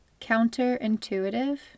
Counterintuitive